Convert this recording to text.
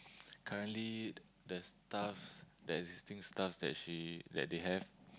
currently the staff the existing staff that she that they have